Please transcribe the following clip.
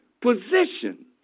position